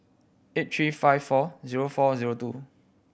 eight three five four zero four zero two